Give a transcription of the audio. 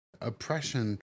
Oppression